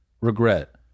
regret